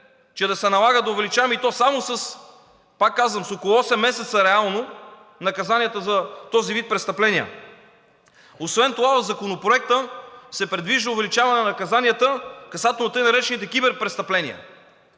че да се налага да увеличаваме, и то само, пак казвам, с около осем месеца реално наказанията за този вид престъпления. Освен това в Законопроекта се предвижда увеличаване на наказанията – касателно, тъй наречените киберпрестъпления.